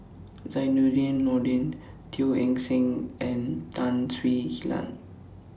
Zainudin Nordin Teo Eng Seng and Tan Swie Hian